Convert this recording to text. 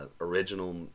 original